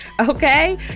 Okay